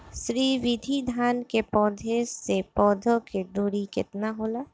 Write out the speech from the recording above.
श्री विधि धान में पौधे से पौधे के दुरी केतना होला?